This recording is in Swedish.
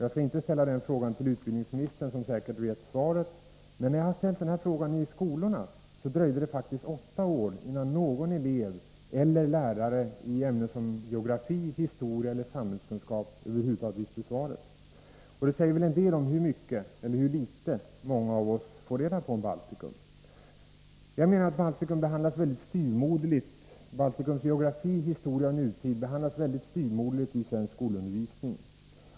Jag skall inte ställa den frågan till skolministern, som säkert vet svaret, men när jag har ställt den här frågan i skolorna har det faktiskt dröjt åtta år innan någon elev eller lärare i ämnen som geografi, historia eller samhällskunskap kunnat svara rätt. Det säger väl en del om hur mycket — eller hur litet — många av oss får reda på om Baltikum. Baltikums geografi, historia och nutid behandlas väldigt styvmoderligt i svensk skolundervisning.